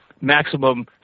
maximum